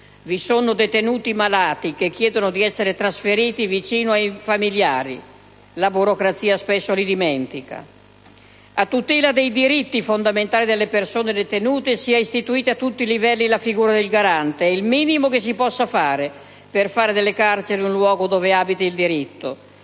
Vi sono detenuti malati che chiedono di essere trasferiti vicino ai familiari, e la burocrazia spesso li dimentica. A tutela dei diritti fondamentali delle persone detenute si è istituita, a tutti i livelli, la figura del Garante: è il minimo che si possa fare per fare delle carceri un luogo dove abiti il diritto